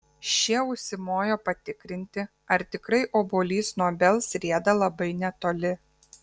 šie užsimojo patikrinti ar tikrai obuolys nuo obels rieda labai netoli